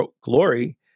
glory